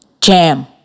jam